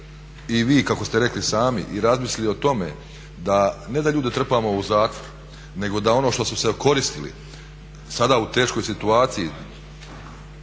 i vi kako ste rekli sami i razmislili o tome da ne da ljude trpamo u zatvor, nego da ono što su se okoristili sada u teškoj situaciji